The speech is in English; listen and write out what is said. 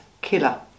killer